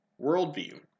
worldview